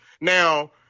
Now